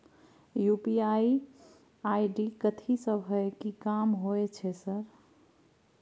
UPI ID कथि सब हय कि काम होय छय सर?